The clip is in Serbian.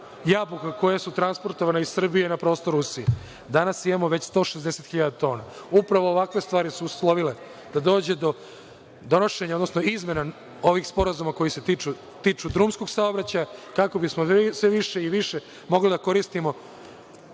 jabuka koje su transportovane iz Srbije na prostoru Rusije, a danas imamo već 160.000 tona. Upravo ovakve stvari su uslovile da dođe do donošenja, odnosno izmena ovih sporazuma koji se tiču drumskog saobraćaja, kako bismo sve više i više mogli da koristimo